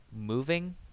moving